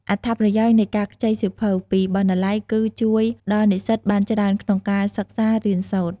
អត្ថប្រយោជន៍នៃការខ្ចីសៀវភៅពីបណ្ណាល័យគឺជួយដល់និស្សិតបានច្រើនក្នុងការសិក្សារៀនសូត្រ។